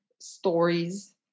stories